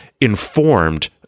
informed